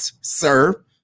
sir